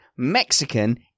Mexican